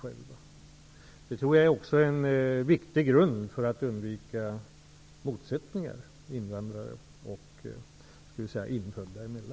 Jag tror att det också är en viktig grund när det gäller att undvika motsättningar mellan invandrare och så att säga infödda.